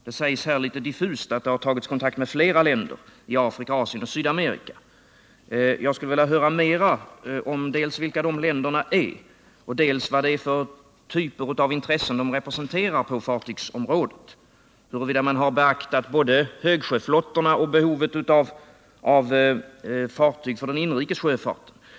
Det sägs i svaret litet diffust att det har tagits kontakter med flera länder i Afrika, Asien och Sydamerika. Jag skulle vilja höra mer om dels vilka dessa länder är, dels vilka typer av intressen de representerar på fartygsområdet och huruvida man har beaktat både högsjöflottornas och den inrikes sjöfartens behov av fartyg.